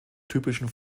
typischen